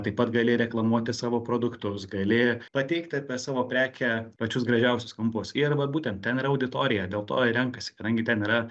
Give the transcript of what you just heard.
taip pat gali reklamuoti savo produktus gali pateikti apie savo prekę pačius gražiausius kampus ir vat būtent ten yra auditorija dėl to ir renkasi kadangi ten yra